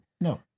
No